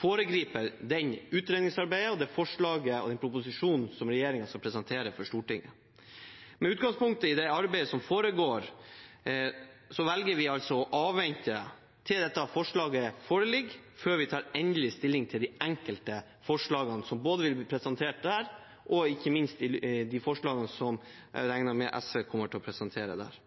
foregriper det utredningsarbeidet, det forslaget og den proposisjonen som regjeringen skal presentere for Stortinget. Med utgangspunkt i det arbeidet som foregår, velger vi å avvente til dette forslaget foreligger, før vi tar endelig stilling til de enkelte forslagene som vil bli presentert der, og ikke minst de forslagene som jeg regner med at SV kommer til å presentere der.